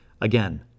Again